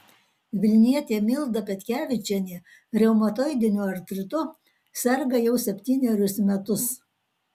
vilnietė milda petkevičienė reumatoidiniu artritu serga jau septynerius metus